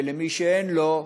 ומי שאין לו,